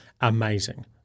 amazing